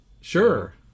Sure